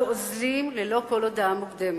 ועוזבים ללא כל הודעה מוקדמת.